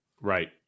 Right